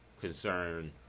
concern